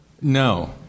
No